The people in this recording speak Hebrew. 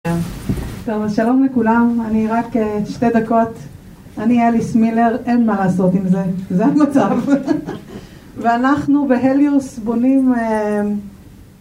שלום לכולם, אני רק שתי דקות, אני אליס מילר, אין מה לעשות עם זה, זה המצב ואנחנו בהליוס בונים אהה...